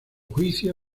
juicio